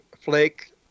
Flake